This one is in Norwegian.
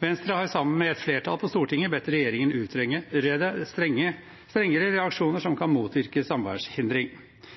Venstre har sammen med et flertall på Stortinget bedt regjeringen utrede strengere reaksjoner som kan motvirke